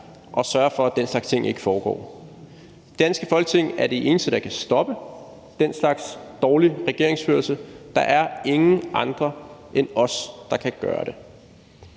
at sørge for, at den slags ting ikke foregår. Det danske Folketing er de eneste, der kan stoppe den slags dårlig regeringsførelse. Der er ingen andre end os, der kan gøre det.